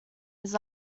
his